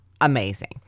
Amazing